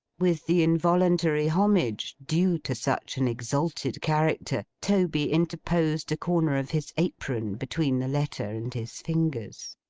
with the involuntary homage due to such an exalted character, toby interposed a corner of his apron between the letter and his fingers.